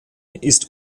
ist